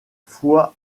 foi